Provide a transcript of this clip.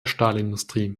stahlindustrie